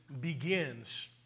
begins